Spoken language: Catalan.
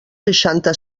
seixanta